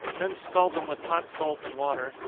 then scald them with hot salt and water,